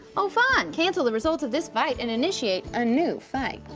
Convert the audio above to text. oh, fun! cancel the results of this fight and initiate a new fight.